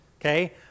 okay